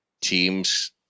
teams